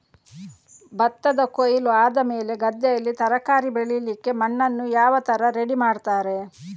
ಭತ್ತದ ಕೊಯ್ಲು ಆದಮೇಲೆ ಗದ್ದೆಯಲ್ಲಿ ತರಕಾರಿ ಬೆಳಿಲಿಕ್ಕೆ ಮಣ್ಣನ್ನು ಯಾವ ತರ ರೆಡಿ ಮಾಡ್ತಾರೆ?